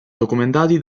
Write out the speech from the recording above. documentati